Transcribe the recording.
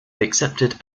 accepted